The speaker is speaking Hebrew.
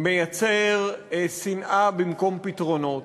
מייצר שנאה במקום פתרונות.